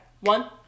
one